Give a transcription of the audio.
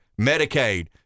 Medicaid